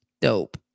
dope